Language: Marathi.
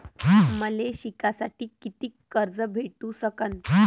मले शिकासाठी कितीक कर्ज भेटू सकन?